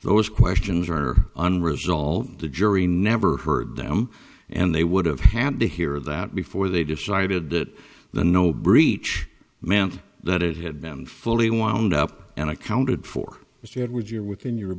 those questions are unresolved the jury never heard them and they would have had to hear that before they decided that the no breach meant that it had been fully wound up and accounted for mr edward you're within your